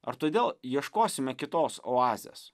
ar todėl ieškosime kitos oazės